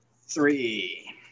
Three